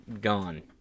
gone